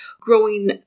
growing